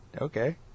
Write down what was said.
Okay